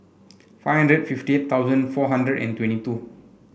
five hundred fifty eight thousand four hundred and twenty two